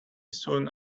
soon